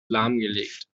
lahmgelegt